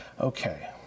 okay